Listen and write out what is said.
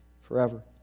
forever